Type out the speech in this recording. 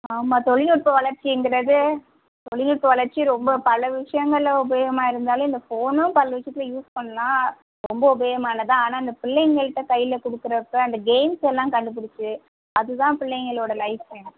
ஆமாம் தொழில்நுட்ப வளர்ச்சிங்கிறது தொழிநுட்ப வளர்ச்சி ரொம்ப பல விஷயங்களில் உபயோகமாக இருந்தாலும் இந்த ஃபோனும் பல விஷயத்தில் யூஸ் பண்ணலாம் ரொம்ப உபயோகமானது தான் ஆனால் இந்த பிள்ளைங்கள்ட்ட கையில் கொடுக்கறப்ப இந்த கேம்ஸ் எல்லாம் கண்டுப்பிடித்து அது தான் பிள்ளைங்களோட லைஃபை